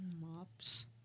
Mops